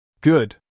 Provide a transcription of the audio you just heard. Good